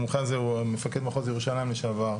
המומחה הזה הוא מפקד מחוז ירושלים לשעבר,